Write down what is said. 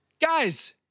guys